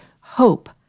hope